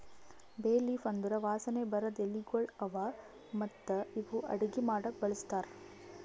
ಬೇ ಲೀಫ್ ಅಂದುರ್ ವಾಸನೆ ಬರದ್ ಎಲಿಗೊಳ್ ಅವಾ ಮತ್ತ ಇವು ಅಡುಗಿ ಮಾಡಾಕು ಬಳಸ್ತಾರ್